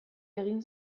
egin